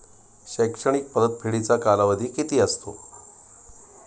शैक्षणिक परतफेडीचा कालावधी किती असतो?